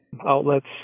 outlets